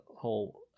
whole